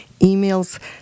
emails